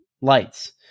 lights